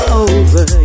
over